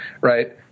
right